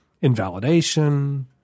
invalidation